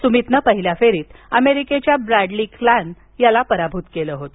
सुमितनं पहिल्या फेरीत अमेरिकेच्या ब्रॅडली क्लॅन याचा पराभव केला होता